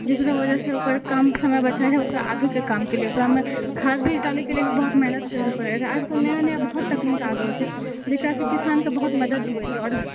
जेकरा वजह से ओकर काम समय बचै रहै ओकरा आगे के काम के लिए ओकरामे खाद बीज डालै के लिए भी बहुत मेहनत करै लए पड़ै रहै आजकल नया नया बहुत तकनीक आ गेल छै जेकरा सँ किसान के बहुत मदद होइ छै आओर